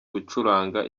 gucuranga